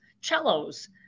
cellos